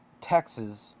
Texas